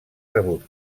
rebut